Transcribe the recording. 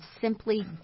simply